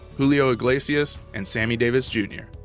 julio iglesias and sammy davis jr.